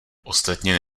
ostatně